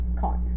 caught